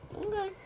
okay